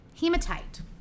Hematite